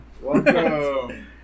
Welcome